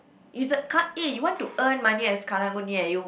is the car~ eh want to earn money as Karang-Guni ah you